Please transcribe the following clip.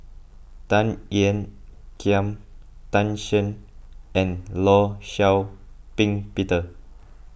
Tan Ean Kiam Tan Shen and Law Shau Ping Peter